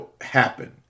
happen